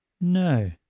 No